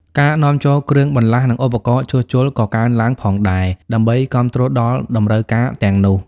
ការនាំចូលគ្រឿងបន្លាស់ និងឧបករណ៍ជួសជុលក៏កើនឡើងផងដែរ ដើម្បីគាំទ្រដល់តម្រូវការទាំងនោះ។